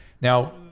Now